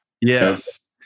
Yes